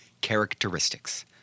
characteristics